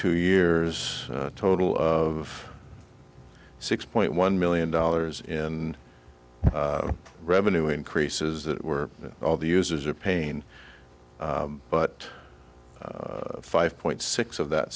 two years total of six point one million dollars in revenue increases that were all the users of pain but five point six of that